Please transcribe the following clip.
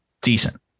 decent